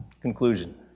conclusion